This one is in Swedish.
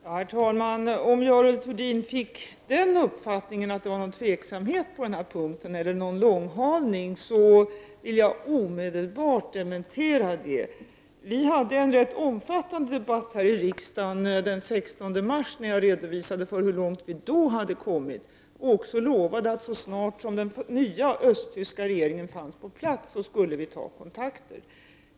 Herr talman! Om Görel Thurdin fick den uppfattningen att det finns tveksamhet på denna punkt eller förekommer långhalning vill jag omedelbart dementera detta. Vi hade en rätt omfattande debatt här i riksdagen den 16 mars, där jag redovisade hur långt vi då hade kommit och också lovade att vi så snart den nya östtyska regeringen fanns på plats skulle ta kontakter.